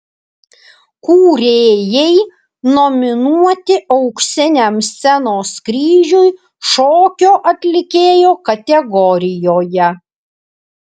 kūrėjai nominuoti auksiniam scenos kryžiui šokio atlikėjo kategorijoje